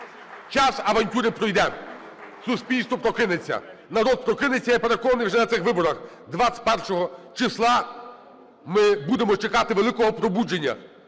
Час авантюри пройде. Суспільство прокинеться. Народ прокинеться, я переконаний, вже на цих виборах, 21 числа ми будемо чекати великого пробудження